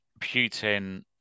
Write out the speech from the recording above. Putin